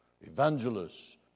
evangelists